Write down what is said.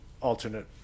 alternate